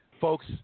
Folks